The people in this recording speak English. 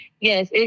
yes